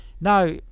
Now